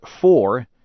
four